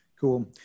cool